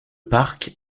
parc